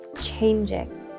changing